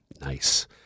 Nice